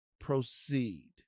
proceed